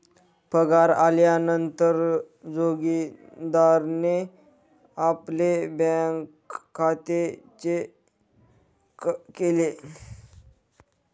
पगार आल्या नंतर जोगीन्दारणे आपले बँक खाते चेक केले